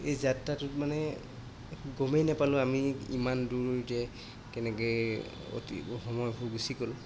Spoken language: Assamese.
এই যাত্ৰাটোত মানে গমেই নাপালোঁ আমি ইমান দূৰ যে কেনেকৈ অতি সময় গুচি গ'ল